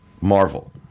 Marvel